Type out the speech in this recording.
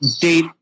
date